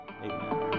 Amen